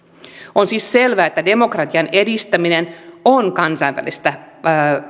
on siis selvää että demokratian edistäminen on kansainvälistä